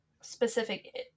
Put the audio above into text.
specific